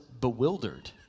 bewildered